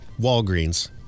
Walgreens